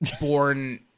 born